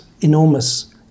enormous